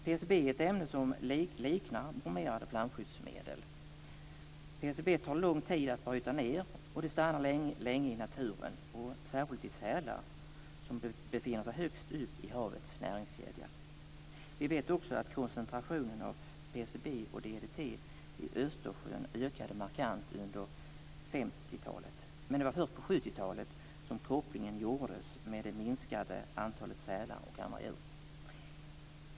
PCB är ett ämne som liknar bromerade flamskyddsmedel. PCB tar lång tid att bryta ned, och det stannar länge i naturen - särskilt i sälar, och de befinner sig högst upp i havets näringskedja. Vi vet också att koncentrationen av PCB och DDT i Östersjön ökade markant under 50-talet. Men det var först på 70-talet som kopplingen gjordes med det minskade antalet sälar och andra djur.